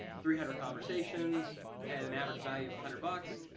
three hundred conversations at an average value of a hundred bucks,